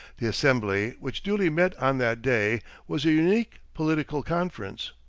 the assembly which duly met on that day was a unique political conference.